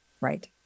Right